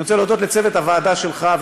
אני רוצה להודות לצוות הוועדה שלך,